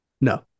no